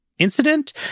Incident